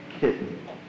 kitten